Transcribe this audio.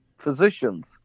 physicians